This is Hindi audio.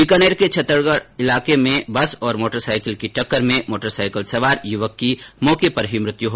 बीकानेर के छत्तरगढ़ इलाके में एक बस और मोटरसाईकिल की टक्कर में मोटरसाईकिल सवार युवक की मौके पर ही मृत्यु हो गई